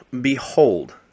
...Behold